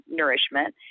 nourishment